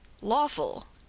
lawful,